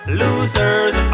losers